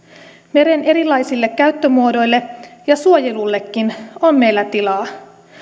meren erilaisille käyttömuodoille ja suojelullekin on meillä tilaa